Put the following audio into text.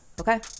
okay